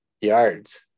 yards